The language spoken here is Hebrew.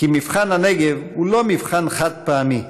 כי מבחן הנגב הוא לא מבחן חד-פעמי,